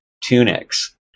tunics